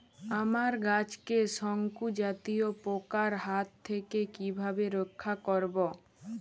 আমার গাছকে শঙ্কু জাতীয় পোকার হাত থেকে কিভাবে রক্ষা করব?